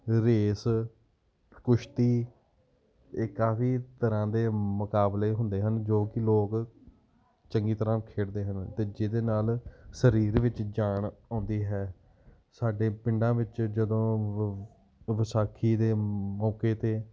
race ਕੁਸ਼ਤੀ ਇਹ ਕਾਫ਼ੀ ਤਰ੍ਹਾ ਦੇ ਮੁਕਾਬਲੇ ਹੁੰਦੇ ਹਨ ਜੋ ਕਿ ਲੋਕ ਚੰਗੀ ਤਰ੍ਹਾ ਖੇਡਦੇ ਹਨ ਅਤੇ ਜਿਹਦੇ ਨਾਲ ਸਰੀਰ ਵਿੱਚ ਜਾਨ ਆਉਂਦੀ ਹੈ ਸਾਡੇ ਪਿੰਡਾਂ ਵਿੱਚ ਜਦੋਂ ਵ ਵਿਸਾਖੀ ਦੇ ਮੌਕੇ 'ਤੇ